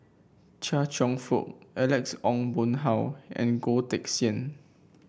Chia Cheong Fook Alex Ong Boon Hau and Goh Teck Sian